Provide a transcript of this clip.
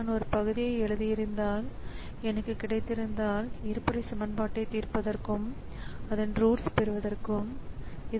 இதில் ப்ரோக்ராம்கள் இணையாக எக்ஸிக்யூட் செய்யப்படுவதைப்பற்றி என்னால் சிந்திக்க முடியாது